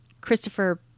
Christopher